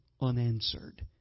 unanswered